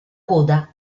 coda